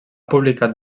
publicat